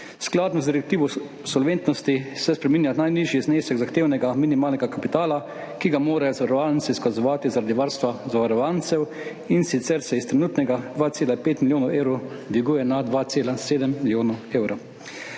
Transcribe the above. Skladno z direktivo o solventnosti se spreminja najnižji znesek zahtevanega minimalnega kapitala, ki ga morajo zavarovalnice izkazovati zaradi varstva zavarovancev, in sicer se s trenutnega 2,5 milijona evrov dviguje na 2,7 milijona evrov.